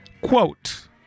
quote